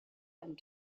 and